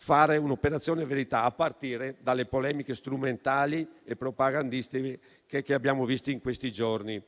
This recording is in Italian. fare un'operazione verità, a partire dalle polemiche strumentali e propagandistiche che abbiamo visto in questi giorni